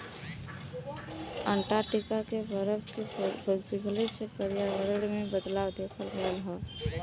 Antarctica के बरफ के पिघले से पर्यावरण में बदलाव देखल गयल हौ